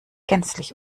gänzlich